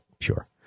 sure